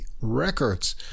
Records